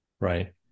right